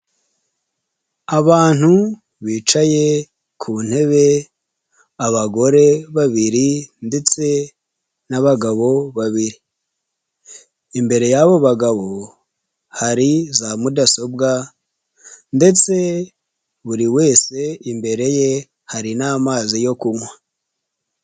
Abantu bicaye ku ntebe, abagore babiri ndetse n'abagabo babiri, imbere y'abo bagabo hari za mudasobwa ndetse buri wese imbere ye hari n'amazi yo kunywa.